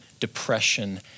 Depression